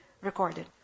recorded